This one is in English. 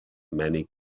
many